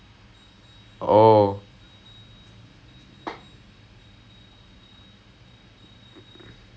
biology all if I miss what the teacher said and everything you know if I go back home and I try to study